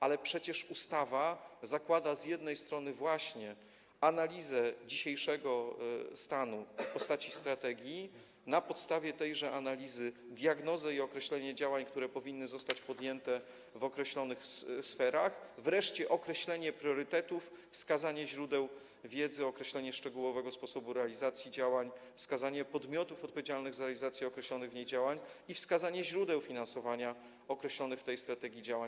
Ale przecież ustawa zakłada z jednej strony właśnie analizę dzisiejszego stanu w postaci strategii, z drugiej strony na podstawie tejże analizy - diagnozę i określenie działań, które powinny zostać podjęte w określonych sferach, a wreszcie określenie priorytetów, wskazanie źródeł wiedzy, określenie szczegółowego sposobu realizacji działań, wskazanie podmiotów odpowiedzialnych za realizację określonych w niej działań i wskazanie źródeł finansowania określonych w tej strategii działań.